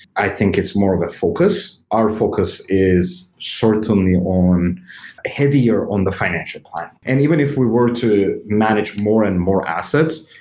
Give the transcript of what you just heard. i think it's more of a focus. our focus is certainly on heavier on the financial planning. and even if we were to manage more and more assets,